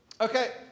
Okay